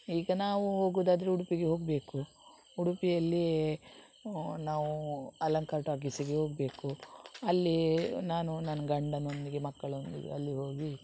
ಈಗ ನಾವು ಹೋಗೋದಾದ್ರೆ ಉಡುಪಿಗೆ ಹೋಗಬೇಕು ಉಡುಪಿಯಲ್ಲಿ ನಾವು ಅಲಂಕಾರ್ ಟಾಕೀಸಿಗೆ ಹೋಗ್ಬೇಕು ಅಲ್ಲಿ ನಾನು ನನ್ನ ಗಂಡನೊಂದಿಗೆ ಮಕ್ಕಳೊಂದಿಗೆ ಅಲ್ಲಿ ಹೋಗಿ